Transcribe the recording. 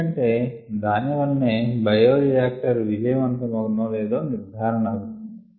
ఎందుకంటే దాని వలెనే బయోరియాక్టర్ విజయవంత అగునో లేదో నిర్ధారణ అగును